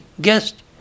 guest